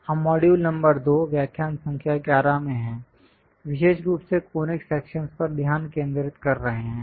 हम module number 2 व्याख्यान संख्या 11 में हैं विशेष रूप से कॉनिक सेक्शंस पर ध्यान केंद्रित कर रहे हैं